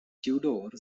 tudor